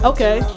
Okay